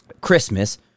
Christmas